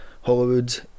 hollywood